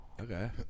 Okay